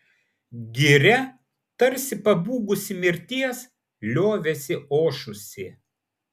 giria tarsi pabūgusi mirties liovėsi ošusi